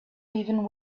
even